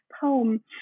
poem